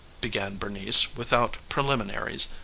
began bernice without preliminaries,